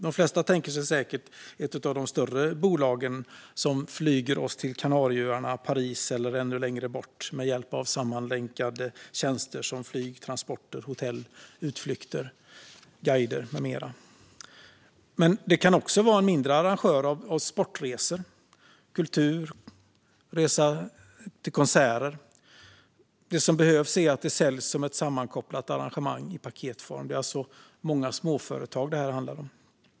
De flesta tänker säkert på något av de större bolagen, som flyger oss till Kanarieöarna, till Paris eller ännu längre bort med hjälp av sammanlänkade tjänster som flyg, transporter, hotell, utflykter, guider med mera. Men det kan också vara en mindre arrangör av sportresor, kulturresor eller konsertresor. Det som behövs är att resan säljs som ett sammankopplat arrangemang i paketform. Det är alltså många småföretag detta handlar om.